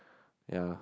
ya